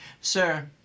sir